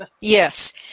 Yes